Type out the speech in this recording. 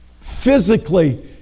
physically